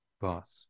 boss